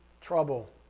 trouble